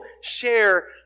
share